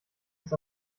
ist